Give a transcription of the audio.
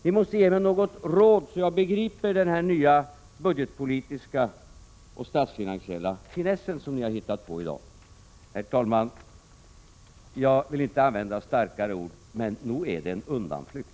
Ni måste ge mig något råd så att jag begriper denna nya budgetpolitiska och statsfinansiella finess som ni har hittat på i dag. Herr talman! Jag vill inte använda starkare ord, men nog är detta en undanflykt?